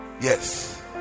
yes